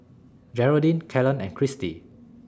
Jeraldine Kalen and Kristi